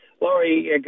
Laurie